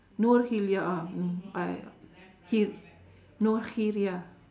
noor-khiriah ah mm I hi~ noor-khiriah